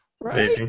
Right